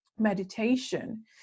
meditation